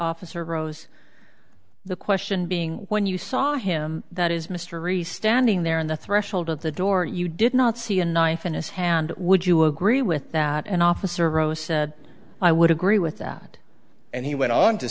officer rose the question being when you saw him that is mr rhys standing there on the threshold of the door you did not see a knife in his hand would you agree with that and officer roach i would agree with that and he went on to